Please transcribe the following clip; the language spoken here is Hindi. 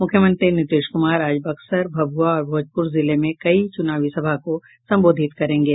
मुख्यमंत्री नीतीश कुमार आज बक्सर भभुआ और भोजपुर जिले में कई चुनावी सभा को संबोधित करेंगे